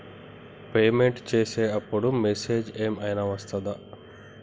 Payment చేసే అప్పుడు message ఏం ఐనా వస్తదా?